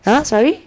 !huh! sorry